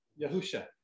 Yahusha